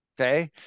okay